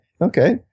Okay